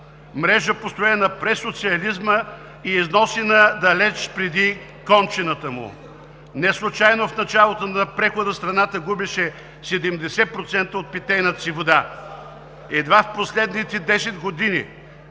Мрежа, построена през социализма и износена далеч преди кончината му. Неслучайно в началото на прехода страната губеше 70% от питейната си вода. Едва в последните 10 години